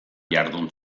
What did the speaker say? jardun